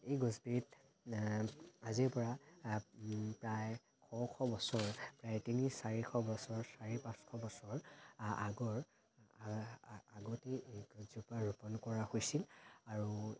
এই গছবিধ আজিৰ পৰা প্ৰায় শ শ বছৰ প্ৰায় তিনি চাৰিশ বছৰ চাৰি পাঁচশ বছৰ আগৰ আগতেই এই গছজোপা ৰুপন কৰা হৈছিল আৰু